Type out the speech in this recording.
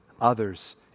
others